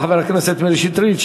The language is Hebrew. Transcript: חבר הכנסת מאיר שטרית,